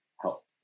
help